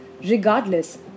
regardless